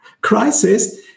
crisis